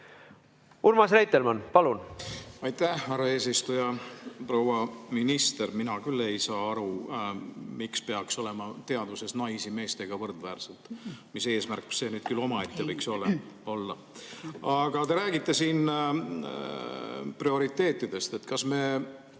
Urmas Reitelmann, palun!